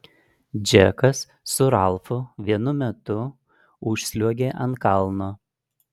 džekas su ralfu vienu metu užsliuogė ant kalno